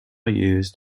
used